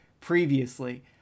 previously